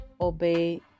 obey